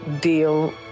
deal